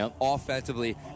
offensively